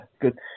good